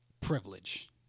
privilege